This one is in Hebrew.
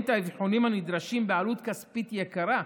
את האבחונים הנדרשים בעלות כספית יקרה,